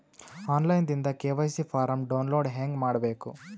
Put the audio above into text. On line ದಿಂದ KYC form download ಹೇಂಗ ಮಾಡಬೇಕು?